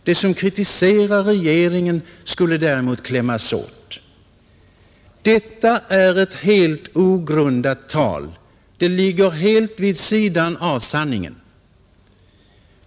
De som kritiserar regeringen skulle däremot klämmas åt. Detta är ett alldeles ogrundat tal och ligger helt vid sidan av sanningen.